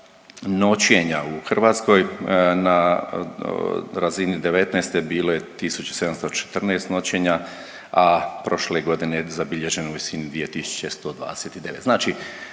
noćenja u Hrvatskoj, na razini '19. bilo je 1714 noćenja, a prošle godine zabilježeno je u visini 2129,